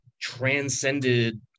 transcended